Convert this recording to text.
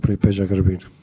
Peđa Grbin.